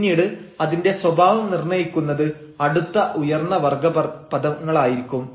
പിന്നീട് അതിന്റെ സ്വഭാവം നിർണ്ണയിക്കുന്നത് അടുത്ത ഉയർന്ന വർഗ്ഗ പദങ്ങളായിരിക്കും